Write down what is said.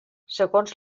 segons